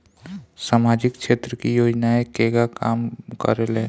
सामाजिक क्षेत्र की योजनाएं केगा काम करेले?